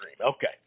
Okay